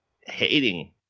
hating